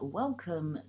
welcome